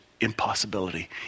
impossibility